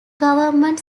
government